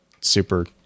super